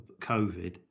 COVID